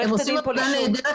הם עושים עבודה נהדרת,